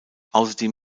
außerdem